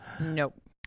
Nope